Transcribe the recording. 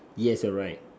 yes you're right